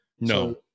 no